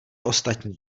ostatní